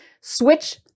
switch